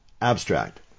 Abstract